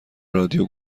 رادیو